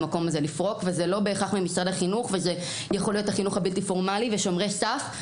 יכול להיות החינוך הבלתי פורמלי ושומרי סף,